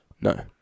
No